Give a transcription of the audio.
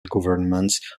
governments